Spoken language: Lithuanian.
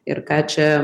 ir ką čia